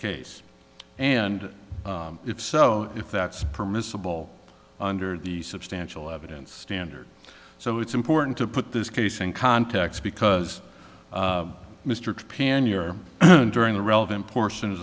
case and if so if that's permissible under the substantial evidence standard so it's important to put this case in context because mr japan year during the relevant portions